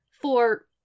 For